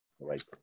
right